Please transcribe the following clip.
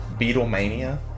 Beatlemania